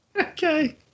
Okay